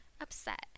upset